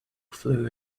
flew